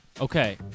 Okay